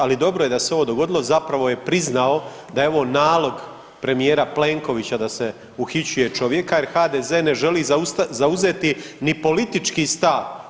Ali dobro je da se ovo dogodilo zapravo je priznao da je ovo nalog premijera Plenkovića da se uhićuje čovjeka, jer HDZ ne želi zauzeti ni politički stav.